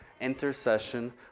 intercession